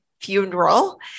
funeral